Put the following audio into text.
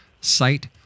site